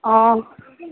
অঁ